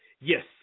Yes